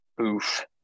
Oof